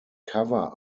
cover